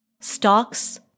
Stocks